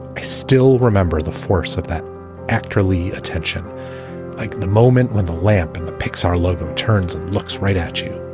i still remember the force of that actally attention like the moment when the lamp in the pixar logo turns and looks right at you